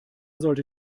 sollte